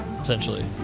essentially